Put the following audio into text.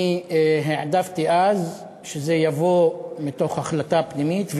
אני העדפתי אז שזה יבוא מתוך החלטה פנימית,